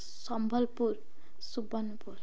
Sambalpur Subarnapur